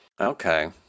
Okay